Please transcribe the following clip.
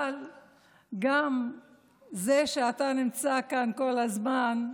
אבל גם זה שאתה נמצא כאן כל הזמן,